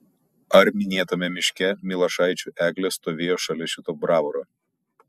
ar minėtame miške milašaičių eglė stovėjo šalia šito bravoro